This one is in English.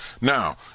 Now